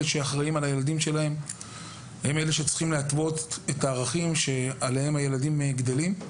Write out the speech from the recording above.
הם אלה שאחראים על חינוך הילדים ועל הקניית הערכים שעליהם הם גדלים.